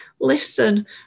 Listen